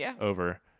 over